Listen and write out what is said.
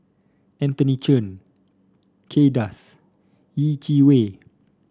Anthony Chen Kay Das Yeh Chi Wei